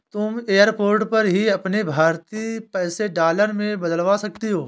तुम एयरपोर्ट पर ही अपने भारतीय पैसे डॉलर में बदलवा सकती हो